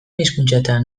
hizkuntzatan